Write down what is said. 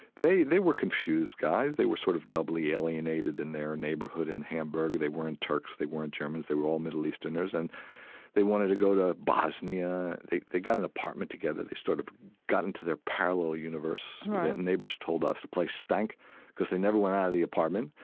they they were confused guys, they were sort of doubly alienated in their neighborhood in hamburg, they weren't turks they weren't germans, they were all middle easterners. and they wanted to go to bosnia they they got an apartment together, they sort of got into their parallel universe right the neighbors told us the place stank because they never went out of the apartment.